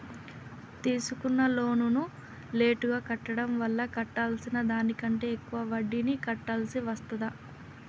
తీసుకున్న లోనును లేటుగా కట్టడం వల్ల కట్టాల్సిన దానికంటే ఎక్కువ వడ్డీని కట్టాల్సి వస్తదా?